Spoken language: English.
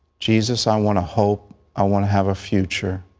jesus i want a hope. i want to have a future.